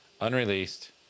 unreleased